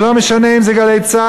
זה לא משנה אם זה "גלי צה"ל",